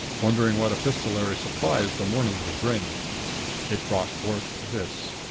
wondering what epistolary surprise the morning would bring it brought forth this